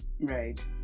right